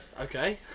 Okay